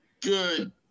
good